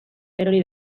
erori